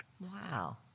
Wow